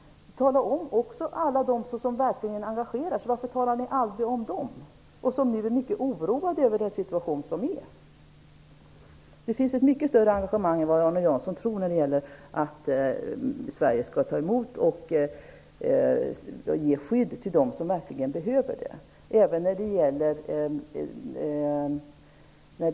Varför talar ni aldrig om alla dem som verkligen engagerar sig och som nu är mycket oroade över situationen? Det finns ett mycket större engagemang för att Sverige skall ta emot och ge skydd till dem som verkligen behöver det än vad Arne Jansson tror.